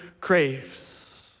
craves